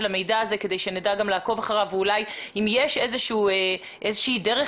המידע הזה כדי שנדע גם לעקוב אחריו ואולי אם יש איזושהי דרך